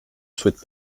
souhaite